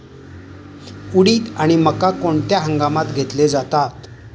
उडीद आणि मका कोणत्या हंगामात घेतले जातात?